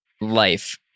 life